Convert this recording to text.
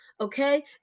okay